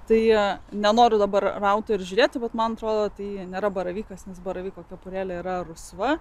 tai jie nenoriu dabar rauti ir žiūrėti bet man atrodo tai nėra baravykas nes baravyko kepurėlė yra rusva